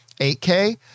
8K